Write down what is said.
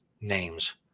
names